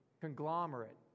conglomerate